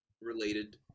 related